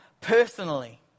personally